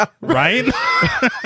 Right